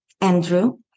Andrew